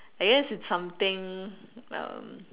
I guess it's something uh